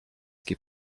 keep